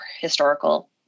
historical